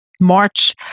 March